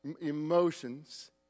emotions